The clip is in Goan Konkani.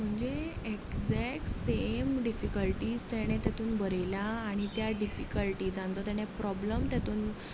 म्हणजे एग्जेक्ट सेम डिफिकल्टीस ताणे तितून बरयल्या आनी त्या डिफिकल्टिजांचो ताणे प्रोब्लेम तेतून